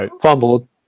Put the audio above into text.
fumbled